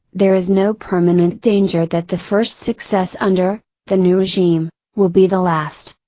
there is no permanent danger that the first success under the new regime, will be the last.